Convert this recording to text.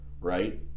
right